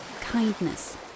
kindness